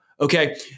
Okay